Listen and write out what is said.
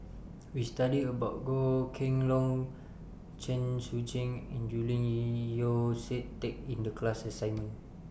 We studied about Goh Kheng Long Chen Sucheng and Julian Yeo See Teck in The class assignment